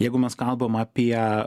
jeigu mes kalbam apie